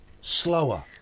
slower